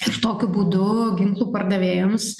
ir tokiu būdu ginklų pardavėjams